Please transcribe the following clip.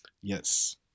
yes